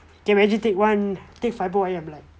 can you imagine take one take fibroid I'll be like